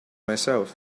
myself